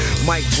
Mike